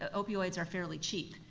opioids are fairly cheap.